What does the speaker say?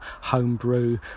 homebrew